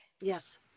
yes